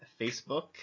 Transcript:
Facebook